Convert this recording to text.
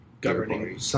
governing